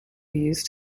used